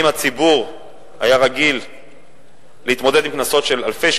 שאם הציבור היה רגיל להתמודד עם קנסות של אלפי שקלים,